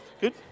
good